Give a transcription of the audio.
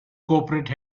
corporate